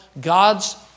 God's